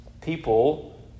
people